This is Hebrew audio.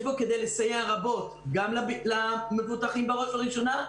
בו כדי לסייע רבות גם למבוטחים בראש ובראשונה,